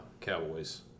Cowboys